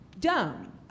dumb